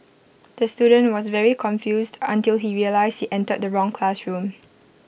the student was very confused until he realised he entered the wrong classroom